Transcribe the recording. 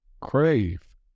crave